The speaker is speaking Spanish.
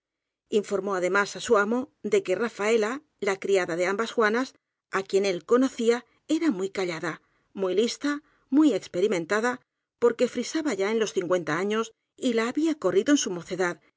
informó además á su amo de que rafaela la criada de ambas juanas á quien él conocía era muy callada muy lista v muy experimentada porque frisaba ya en los cin cuenta años y la había corrido en su mocedad